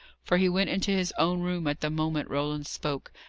for he went into his own room at the moment roland spoke,